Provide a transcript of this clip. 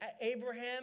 Abraham